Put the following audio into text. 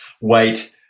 wait